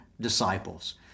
disciples